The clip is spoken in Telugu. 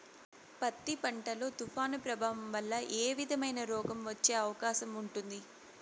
పత్తి పంట లో, తుఫాను ప్రభావం వల్ల ఏ విధమైన రోగం వచ్చే అవకాశం ఉంటుంది?